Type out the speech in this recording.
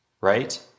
right